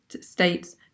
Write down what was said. states